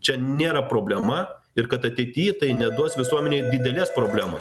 čia nėra problema ir kad ateity tai neduos visuomenei didelės problemos